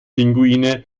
pinguine